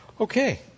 Okay